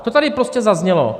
To tady prostě zaznělo.